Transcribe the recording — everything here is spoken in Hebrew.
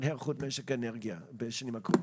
היערכות במשק האנרגיה בשנים הקרובות?